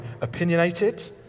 opinionated